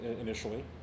initially